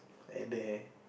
at there